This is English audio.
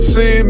See